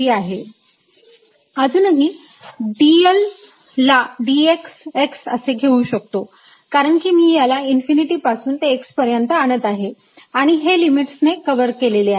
मी अजूनही dl ला dx x असे घेऊ शकतो कारण कि मी याला इन्फिनिटी पासून ते x पर्यंत आणत आहे आणि हे लिमिट्स ने कव्हर केलेले आहे